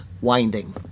winding